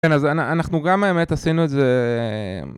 כן, אז אנחנו גם, האמת, עשינו את זה...